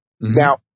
now